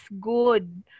good